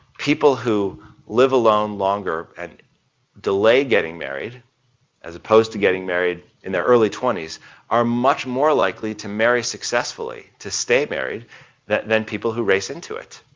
people who live alone longer and delay getting married as opposed to getting married in their early twenty s are much more likely to marry successfully, to stay married than than people who race into it.